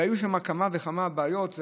היו שם כמה וכמה בעיות,